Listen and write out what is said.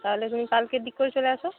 তাহলে তুমি কালকের দিক করে চলে এসো